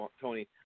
Tony